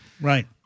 Right